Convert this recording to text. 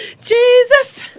Jesus